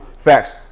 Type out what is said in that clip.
Facts